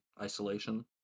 isolation